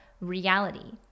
reality